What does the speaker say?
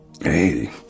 Hey